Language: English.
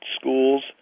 schools